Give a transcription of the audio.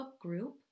group